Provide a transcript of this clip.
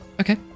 Okay